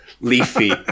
leafy